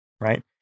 right